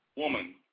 woman